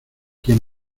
quien